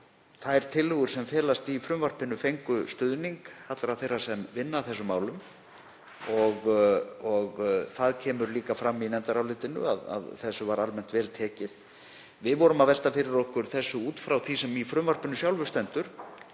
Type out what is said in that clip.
Þær tillögur sem felast í frumvarpinu fengu stuðning allra þeirra sem vinna að þessum málum og það kemur líka fram í nefndarálitinu að því var almennt vel tekið. Við vorum að velta þessu fyrir okkur út frá því sem í frumvarpinu sjálfu stendur.